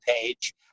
page